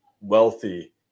wealthy